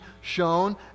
shown